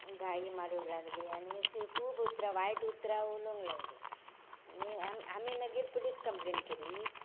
गाळी मारूंक लागलीं अशीं खूब उतरां वायट उतरां उलोवंक लागलीं आनी आमी मागीर पुलीस कम्पलेन केल्ली